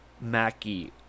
mackie